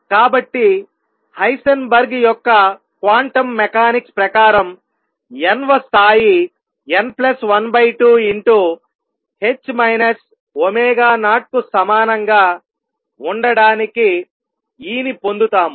కాబట్టి హైసెన్బర్గ్ యొక్క quantum mechanics ప్రకారం n వ స్థాయి n12 0 కు సమానంగా ఉండటానికి E ని పొందుతాము